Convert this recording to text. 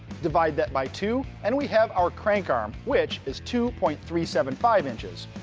divide that by two and we have our crank arm, which is two point three seven five inches.